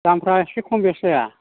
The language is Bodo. दामफ्रा एसे खम बेस जाया